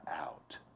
out